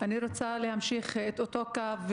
רוצה להמשיך את אותו קו,